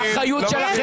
איפה האחריות שלך?